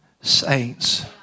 saints